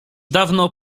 dawno